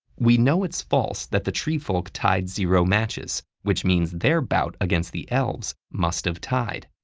we know it's false that the treefolk tied zero matches, which means their bout against the elves must've tied.